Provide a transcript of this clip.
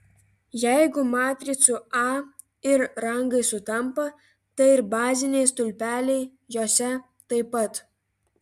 jeigu matricų a ir rangai sutampa tai ir baziniai stulpeliai jose taip pat